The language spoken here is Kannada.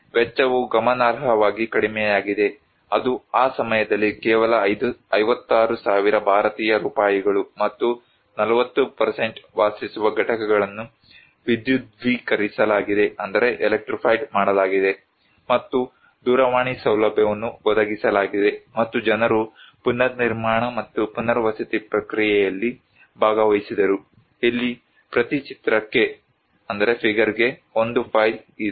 ವೆಚ್ಚವು ಗಮನಾರ್ಹವಾಗಿ ಕಡಿಮೆಯಾಗಿದೆ ಅದು ಆ ಸಮಯದಲ್ಲಿ ಕೇವಲ 56000 ಭಾರತೀಯ ರೂಪಾಯಿಗಳು ಮತ್ತು 40 ವಾಸಿಸುವ ಘಟಕಗಳನ್ನು ವಿದ್ಯುದ್ದೀಕರಿಸಲಾಗಿದೆ ಮತ್ತು ದೂರವಾಣಿ ಸೌಲಭ್ಯವನ್ನು ಒದಗಿಸಲಾಗಿದೆ ಮತ್ತು ಜನರು ಪುನರ್ನಿರ್ಮಾಣ ಮತ್ತು ಪುನರ್ವಸತಿ ಪ್ರಕ್ರಿಯೆಯಲ್ಲಿ ಭಾಗವಹಿಸಿದರು ಇಲ್ಲಿ ಪ್ರತಿ ಚಿತ್ರಕ್ಕೆ ಒಂದು ಫೈಲ್ ಇದೆ